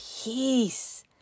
Peace